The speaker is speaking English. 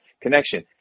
connection